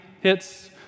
hits